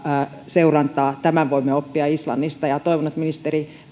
seurantaa tämän voimme oppia islannista toivon että ministeri